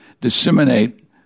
disseminate